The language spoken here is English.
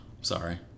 Sorry